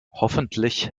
hoffentlich